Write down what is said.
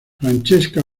francesca